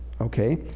okay